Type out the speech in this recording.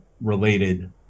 related